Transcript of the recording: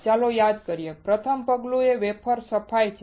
ચાલો યાદ કરીએ પ્રથમ પગલું એ વેફર સફાઈ છે